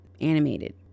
animated